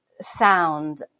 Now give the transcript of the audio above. sound